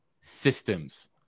systems